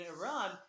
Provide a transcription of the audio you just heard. Iran